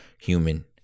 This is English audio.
human